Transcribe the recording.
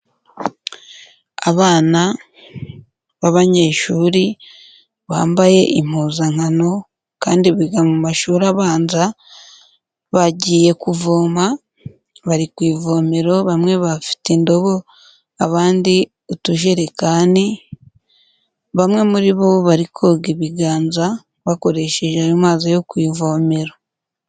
Abana b'abanyeshuri bambaye impuzankano kandi biga mu mashuri abanza bagiye kuvoma bari ku ivomero; bamwe bafite indobo, abandi utujerekani; bamwe muri bo bari koga ibiganza bakoresheje ayo mazi yo ku ivomera.